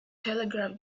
telegraph